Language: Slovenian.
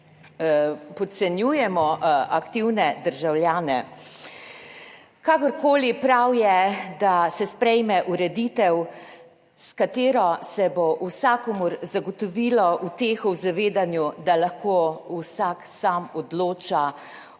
Podcenjujemo aktivne državljane? Kakorkoli, prav je, da se sprejme ureditev, s katero se bo vsakomur zagotovilo uteho v zavedanju, da lahko vsak sam odloča o koncu